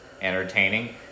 entertaining